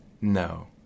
No